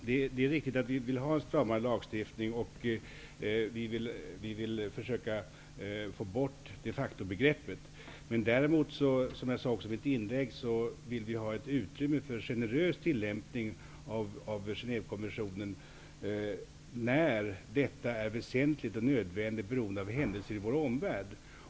Herr talman! Det är riktigt att vi vill ha en stra mare lagstiftning, och vi vill försöka få bort de fac to-begreppet. Men som jag sade i mitt inlägg vill vi ha ett utrymme för en generös tillämpning av Genèvekonventionen när det är väsentligt och nödvändigt beroende på händelser i vår omvärld.